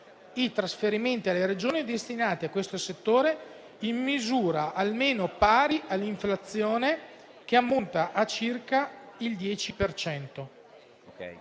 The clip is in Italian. i trasferimenti alle Regioni destinati a questo settore in misura almeno pari all'inflazione, che ammonta a circa il 10